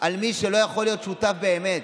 על מי שלא יכול להיות שותף באמת.